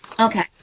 Okay